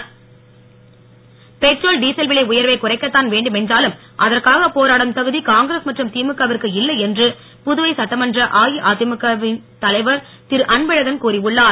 Anbazhagan petrol diesel விலை உயர்வை குறைக்கத்தான் வேண்டுமென்றாலும் அதற்காக போராடும் தகுதி காங்கிரஸ் மற்றும் திழுக விற்கு இல்லை என்று புதுவை சட்டமன்ற அஇஅதிமுக குழுவின் தலைவர் திரு அன்பழகன் கூறி உள்ளார்